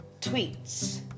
tweets